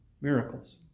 miracles